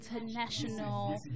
International